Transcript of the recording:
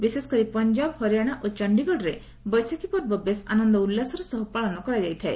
ବିଶେଷକରି ପଞ୍ଜାବ ହରିଆଣା ଓ ଚଣ୍ଡୀଗଡ଼ରେ ବୈଶାଖୀ ପର୍ବ ବେଶ୍ ଆନନ୍ଦ ଉଲ୍ଲାସର ସହ ପାଳନ କରାଯାଇଥାଏ